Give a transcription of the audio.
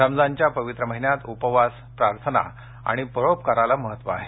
रमजानच्या पवित्र महिन्यात उपवास प्रार्थना आणि परोपकाराला महत्त्व आहे